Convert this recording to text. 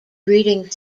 breeding